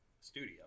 studio